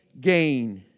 gain